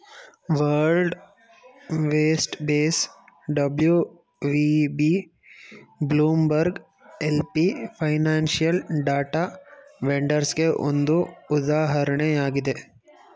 world west base WVB, Bloomberg LP financial data ವೆಂಡರ್ಸ್ಗೆಗೆ ಒಂದು ಉದಾಹರಣೆಯಾಗಿದೆ